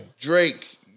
Drake